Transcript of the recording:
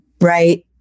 Right